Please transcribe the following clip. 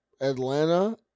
Atlanta